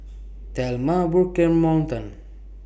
Thelma Burke and Morton